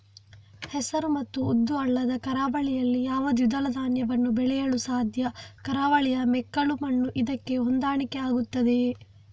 ಹೆಸರು ಮತ್ತು ಉದ್ದು ಅಲ್ಲದೆ ಕರಾವಳಿಯಲ್ಲಿ ಯಾವ ದ್ವಿದಳ ಧಾನ್ಯವನ್ನು ಬೆಳೆಯಲು ಸಾಧ್ಯ? ಕರಾವಳಿಯ ಮೆಕ್ಕಲು ಮಣ್ಣು ಇದಕ್ಕೆ ಹೊಂದಾಣಿಕೆ ಆಗುತ್ತದೆಯೇ?